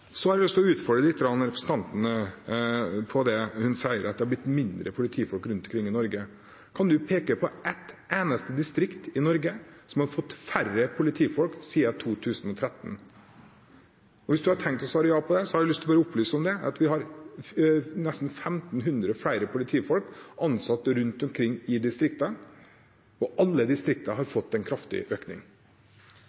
har lyst til å utfordre representanten lite grann på det hun sier om at det har blitt færre politifolk rundt omkring i Norge. Kan du peke på ett eneste distrikt i Norge som har fått færre politifolk siden 2013? Og hvis du har tenkt å svare ja på det, har jeg lyst til å opplyse om at det er nesten 1 500 flere politifolk ansatt rundt omkring i distriktene, og alle distrikt har